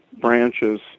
branches